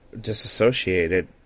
disassociated